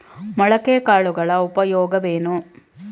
ಮೊಳಕೆ ಕಾಳುಗಳ ಉಪಯೋಗವೇನು?